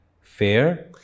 fair